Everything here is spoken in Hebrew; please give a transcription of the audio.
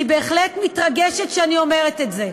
אני בהחלט מתרגשת כשאני אומרת את זה.